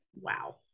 wow